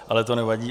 Ale to nevadí.